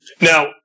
Now